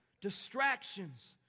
distractions